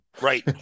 Right